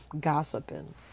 gossiping